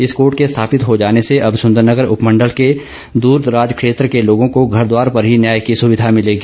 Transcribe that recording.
इस कोर्ट के स्थापित हो जाने से अब सुन्दरनगर उपमण्डल के दूरदराज क्षेत्र के लोगों को घरद्वार पर ही न्याय की सुविधा भिलेगी